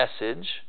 message